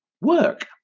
work